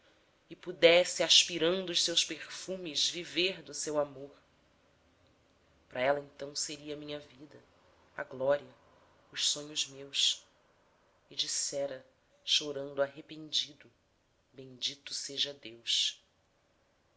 ardor e pudesse aspirando os seus perfumes viver do seu amor pra ela então seria a minha vida a glória os sonhos meus e dissera chorando arrependido bendito seja deus